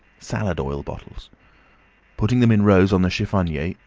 salad-oil bottles putting them in rows on the chiffonnier,